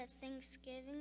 thanksgiving